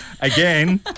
Again